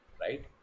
Right